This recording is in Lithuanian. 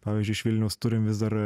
pavyzdžiui iš vilniaus turim vis dar